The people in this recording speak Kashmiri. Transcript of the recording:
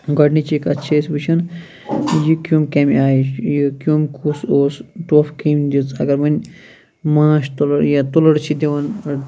گۄڈٕنِچی کَتھ چھِ أسۍ وچھہون یہِ کیٚوم کَمہِ آیہ چھُ یہِ کیٚوم کُس اوس ٹۄپھ کٔمۍ دِژ اگر وۄنۍ ماچھ تُلر یا تُلر چھِ دِوان